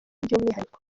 by’umwihariko